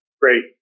Great